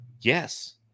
Yes